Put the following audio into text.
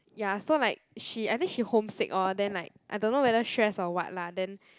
ya so like she I think she home sick or then like I don't know whether stress or what lah then